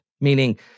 meaning